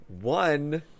one